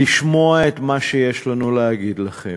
לשמוע את מה שיש לנו להגיד לכם.